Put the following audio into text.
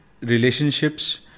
relationships